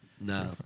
no